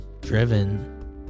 driven